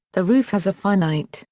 the roof has a finite,